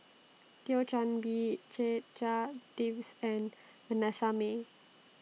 Thio Chan Bee Checha Davies and Vanessa Mae